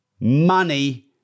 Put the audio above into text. money